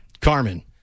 Carmen